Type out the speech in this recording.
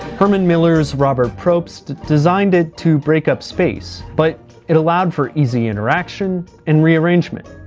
herman miller's robert propst designed it to break up space, but it allowed for easy interaction and rearrangement.